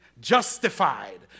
Justified